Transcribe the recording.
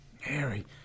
Harry